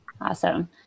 Awesome